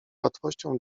łatwością